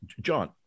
John